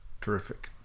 Terrific